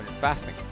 fasting